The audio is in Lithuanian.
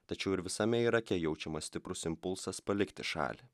tačiau ir visame irake jaučiamas stiprus impulsas palikti šalį